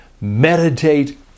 meditate